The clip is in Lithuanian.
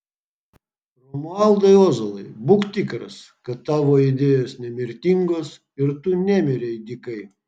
romualdai ozolai būk tikras kad tavo idėjos nemirtingos ir tu nemirei dykai